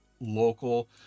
local